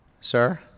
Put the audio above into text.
sir